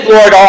Lord